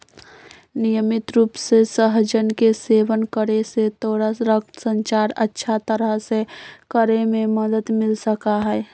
नियमित रूप से सहजन के सेवन करे से तोरा रक्त संचार अच्छा तरह से करे में मदद मिल सका हई